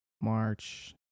March